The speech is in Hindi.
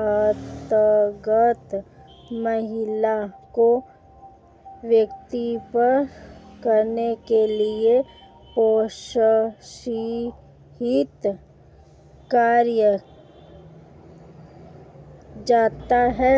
अंतर्गत महिला को व्यापार करने के लिए प्रोत्साहित किया जाता है